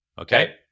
Okay